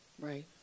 Right